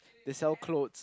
they sell clothes